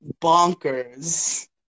Bonkers